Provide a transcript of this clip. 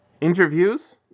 interviews